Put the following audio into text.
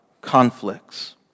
conflicts